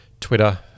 Twitter